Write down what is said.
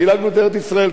חילקנו את ארץ-ישראל,